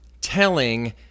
telling